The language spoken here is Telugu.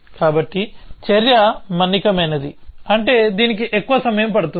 కాబట్టి చర్య మన్నికైనది అంటే దీనికి ఎక్కువ సమయం పడుతుంది